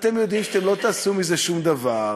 ואתם יודעים שלא תעשו מזה שום דבר.